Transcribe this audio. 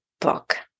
book